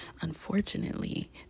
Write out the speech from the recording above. Unfortunately